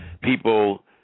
people